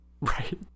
right